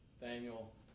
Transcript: Daniel